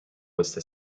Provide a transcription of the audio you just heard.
questa